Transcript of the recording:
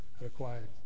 required